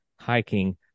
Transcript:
hiking